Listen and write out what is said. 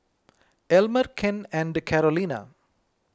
Elmer Ken and Carolina